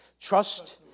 Trust